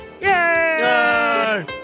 Yay